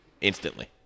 instantly